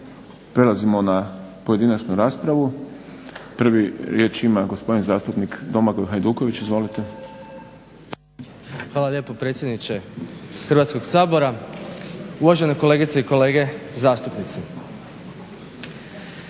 Prelazimo na pojedinačnu raspravu. Prvi riječ ima gospodin zastupnik Domagoj Hajduković. Izvolite. **Hajduković, Domagoj (SDP)** Hvala lijepo predsjedniče Hrvatskog sabora, uvažene kolegice i kolege zastupnici.